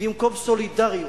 במקום סולידריות,